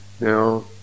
now